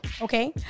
okay